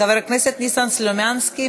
חבר הכנסת ניסן סלומינסקי,